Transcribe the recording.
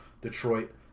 detroit